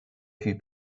few